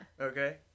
Okay